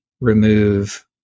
remove